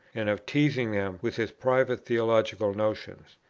and of teasing them with his private theological notions.